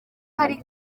hari